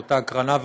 באותה הקרנה,